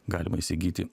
galima įsigyti